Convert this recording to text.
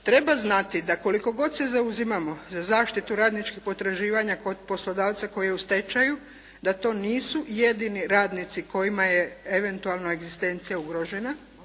Treba znati da koliko god se zauzimamo za zaštitu radničkih potraživanja kod poslodavca koji je u stečaju da to nisu jedini radnici kojima je eventualno egzistencija ugrožena,